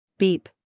beep